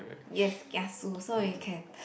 yes kiasu so you can